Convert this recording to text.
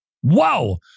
Whoa